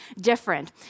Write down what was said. different